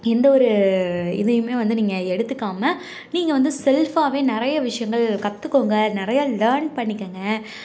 எந்தவொரு எதையும் வந்து நீங்கள் வந்து எடுத்துக்காமல் நீங்கள் வந்து செல்ஃபாகவே நிறைய விஷயங்கள் கற்றுக்கோங்க நிறையா லேர்ன் பண்ணிக்கோங்க